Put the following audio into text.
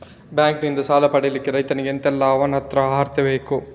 Bank ನಿಂದ ಸಾಲ ಪಡಿಲಿಕ್ಕೆ ರೈತನಿಗೆ ಎಂತ ಎಲ್ಲಾ ಅವನತ್ರ ಅರ್ಹತೆ ಬೇಕು?